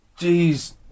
jeez